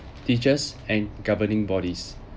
teachers and governing bodies